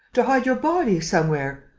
to hide your body somewhere.